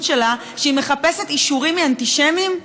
שלה שהיא מחפשת אישורים מאנטישמים,